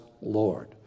Lord